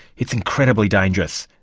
it's incredibly dangerous.